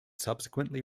subsequently